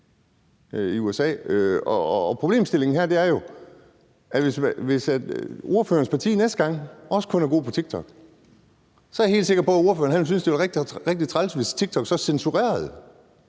Problemstillingen her er jo, at hvis ordførerens parti næste gang også kun er gode på TikTok, er jeg helt sikker på, at ordføreren ville synes, det var rigtig, rigtig træls, hvis TikTok så censurerede